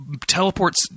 teleports